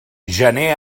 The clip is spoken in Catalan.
gener